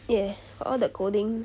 ya all the coding